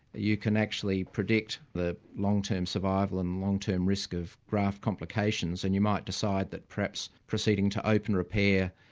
you can actually predict the long-term survival and long-term risk of graft complications, and you might decide that perhaps proceeding to open repair,